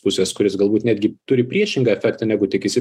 pusės kuris galbūt netgi turi priešingą efektą negu tikisi